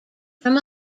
from